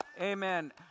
Amen